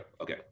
okay